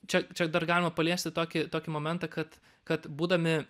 čia čia dar galima paliesti tokį tokį momentą kad kad būdami